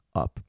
up